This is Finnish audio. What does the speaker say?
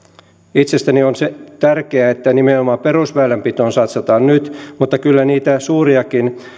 itsestäni on tärkeää että nimenomaan perusväylänpitoon satsataan nyt mutta kyllä niitä suuriakin